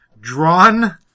Drawn